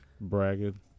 Bragging